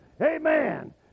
amen